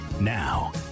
Now